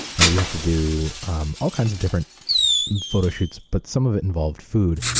and we had to do um all kinds of different photo shoots, but some of it involved food.